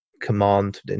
command